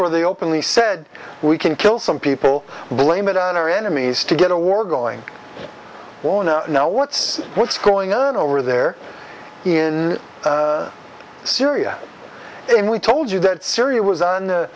where they openly said we can kill some people blame it on our enemies to get a war going on or know what's what's going on over there in syria if we told you that syria was on